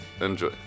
Enjoy